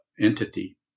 entity